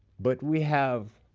but we have